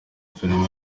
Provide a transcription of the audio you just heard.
filime